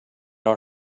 our